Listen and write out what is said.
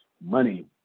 Money